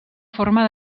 forma